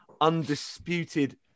undisputed